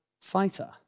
fighter